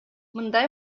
мындай